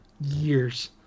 Years